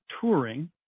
touring